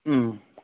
ꯎꯝ